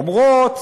שאומרות: